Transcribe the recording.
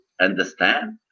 understand